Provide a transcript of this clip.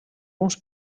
uns